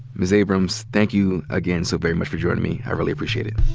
ms. abrams, thank you again so very much for joining me. i really appreciate it.